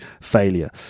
failure